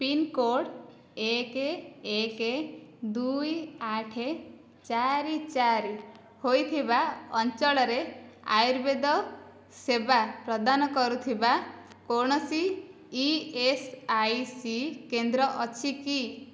pincode ଏକ ଏକ ଦୁଇ ଆଠ ଚାରି ଚାରି ହୋଇଥିବା ଅଞ୍ଚଳରେ ଆୟୁର୍ବେଦ ସେବା ପ୍ରଦାନ କରୁଥିବା କୌଣସି ଇଏସ୍ଆଇସି କେନ୍ଦ୍ର ଅଛି କି